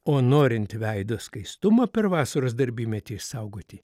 o norint veido skaistumą per vasaros darbymetį išsaugoti